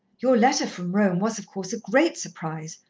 your letter from rome was, of course, a great surprise.